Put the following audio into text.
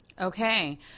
Okay